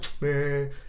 man